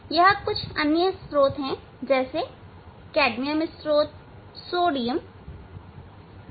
यह अन्य स्रोत हैं जैसे कैडमियम स्रोत सोडियम सोडियम